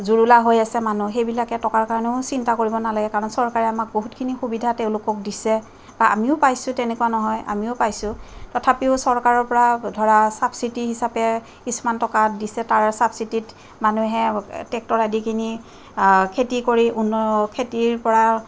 জুৰুলা হৈ আছে মানুহ সেইবিলাকে টকাৰ কাৰণেও চিন্তা কৰিব নালাগে কাৰণ চৰকাৰে আমাক বহুতখিনি সুবিধা তেওঁলোকক দিছে বা আমিও পাইছোঁ তেনেকুৱা নহয় আমিও পাইছোঁ তথাপিও চৰকাৰৰ পৰা ধৰা চাফচিটি হিচাপে কিছুমান টকা দিছে তাৰে চাপচিটিত মানুহে ট্ৰেক্টৰ আদি কিনি খেতি কৰি খেতিৰ পৰা